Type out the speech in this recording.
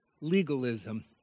legalism